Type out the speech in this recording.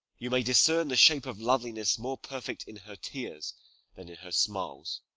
you may discern the shape of loveliness more perfect in her tears than in her smiles